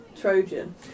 Trojan